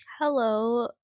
Hello